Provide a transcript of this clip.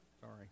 sorry